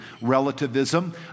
Relativism